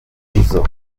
nizo